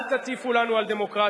אל תטיפו לנו על דמוקרטיה.